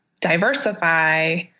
diversify